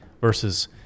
versus